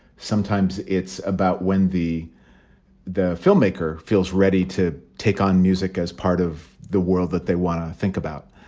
sometimes it's about when the the filmmaker feels ready to take on music as part of the world that they want to think about,